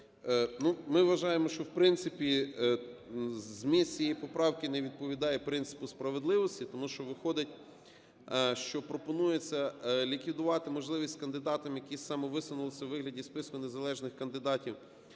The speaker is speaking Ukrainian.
ми вважаємо, що, в принципі, зміст цієї поправки не відповідає принципу справедливості, тому що виходить, що пропонується ліквідувати можливість кандидатам, які самовисунулися у вигляді списку незалежних кандидатів,